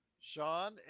Sean